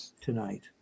tonight